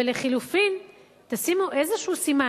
ולחלופין, תשימו איזשהו סימן.